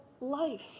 life